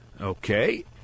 Okay